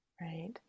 Right